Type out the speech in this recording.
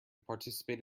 participate